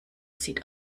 sieht